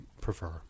prefer